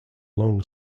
long